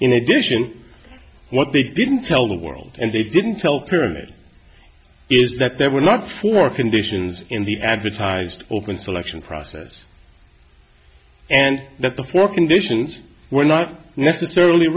in addition what they didn't tell the world and they didn't tell pyramid is that there were not for conditions in the advertised open selection process and that the four conditions were not necessarily